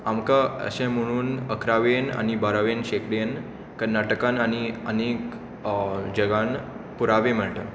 आमकां अशें म्हुणून अकरावेन आनी बारावेन शेंकडेन कर्नाटकान आनी आनीक जगान पुरावे मेळटात